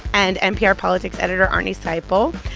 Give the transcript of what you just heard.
and npr politics editor arnie seipel.